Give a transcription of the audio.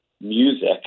music